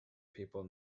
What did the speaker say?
people